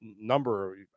number